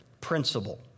principle